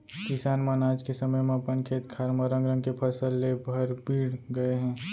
किसान मन आज के समे म अपन खेत खार म रंग रंग के फसल ले बर भीड़ गए हें